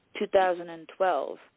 2012